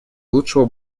лучшего